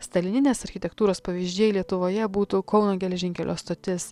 stalininės architektūros pavyzdžiai lietuvoje būtų kauno geležinkelio stotis